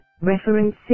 Reference